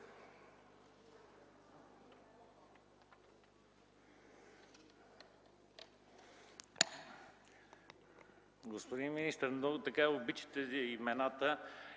Господин министър, много обичате имената,